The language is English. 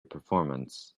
performance